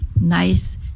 nice